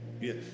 Yes